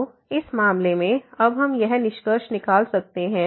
तो इस मामले में अब हम यह निष्कर्ष निकाल सकते हैं